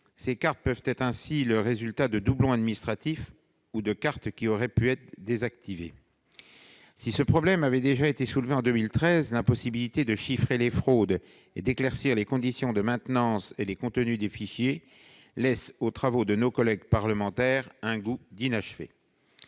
de cartes Vitale en surnombre, résultat de doublons administratifs et de cartes désactivées. Si ce problème avait déjà été soulevé en 2013, l'impossibilité de chiffrer les fraudes et d'éclaircir les conditions de maintenance et les contenus des fichiers laisse aux travaux de nos collègues parlementaires un goût d'inachevé.